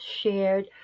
shared